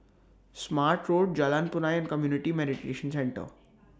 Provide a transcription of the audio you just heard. Smart Road Jalan Punai and Community Mediation Centre